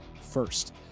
first